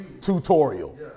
tutorial